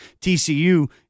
TCU